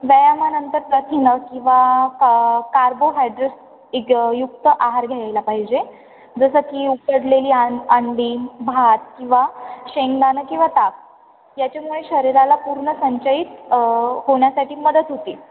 व्यायामानंतर प्रथिनं किंवा का कार्बोहायड्रेस्युक्त आहार घ्यायला पाहिजे जसं की उकडलेली आं अंडी भात किंवा शेंगदाणं किंवा ताक याच्यामुळे शरीराला पूर्ण संंचयित होण्यासाठी मदत होती